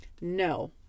No